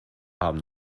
haben